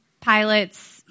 pilots